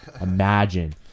imagine